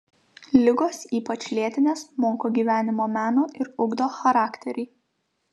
ligos ypač lėtinės moko gyvenimo meno ir ugdo charakterį